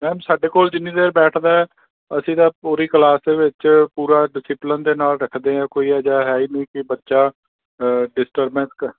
ma'am ਸਾਡੇ ਕੋਲ ਜਿੰਨੀ ਦੇਰ ਬੈਠਦਾ ਹੈ ਅਸੀਂ ਤਾਂ ਪੂਰੀ ਕਲਾਸ ਦੇ ਵਿੱਚ ਪੂਰਾ ਡਿਸਿਪਲਿਨ ਦੇ ਨਾਲ ਰੱਖਦੇ ਹਾਂ ਕੋਈ ਇਹੋ ਜਿਹਾ ਹੈ ਹੀ ਨਹੀਂ ਕਿ ਬੱਚਾ ਡਿਸਟਰਬੇਨਸ ਕ